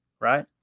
right